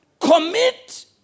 commit